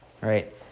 right